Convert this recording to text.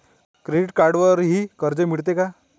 Credit कार्डवरही कर्ज मिळते का?